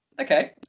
Okay